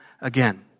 again